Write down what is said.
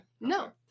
No